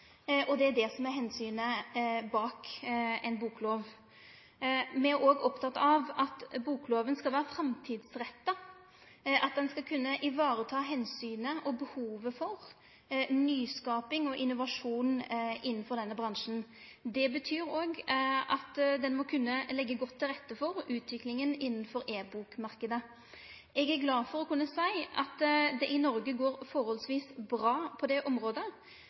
Det er det som er omsynet bak ei boklov. Me er òg opptekne av at boklova skal vere framtidsretta, at ho skal kunne vareta omsynet til og behovet for nyskaping og innovasjon innanfor denne bransjen. Det betyr òg at ho må kunne leggje godt til rette for utviklinga innafor ebok-marknaden. Eg er glad for å kunne seie at det i Noreg går forholdvis bra på det området.